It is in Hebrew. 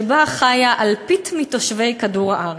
שבה חיה אלפית מתושבי כדור-הארץ.